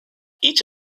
each